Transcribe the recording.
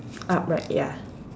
upright ya